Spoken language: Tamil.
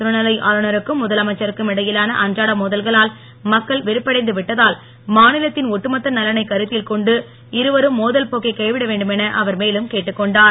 துணைநிலை ஆளுனருக்கும் முதலமைச்சருக்கும் இடையிலான அன்றாட மோதல்களால் மக்கள் வெறுப்படைந்து விட்டதால் மாநிலத்தின் ஒட்டுமொத்த நலனைக் கருத்தில் கொண்டு இருவரும் மேலும் அவர் கேட்டுக்கொண்டார்